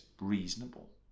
reasonable